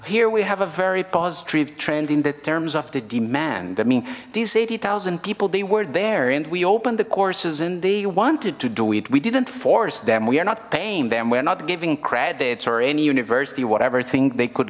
the terms of the demand i mean these eighty thousand people they were there and we opened the courses and they wanted to do it we didn't force them we are not paying them we're not giving credits or any university whatever thing they could